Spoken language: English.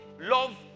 love